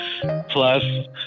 plus